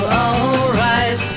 alright